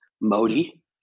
Modi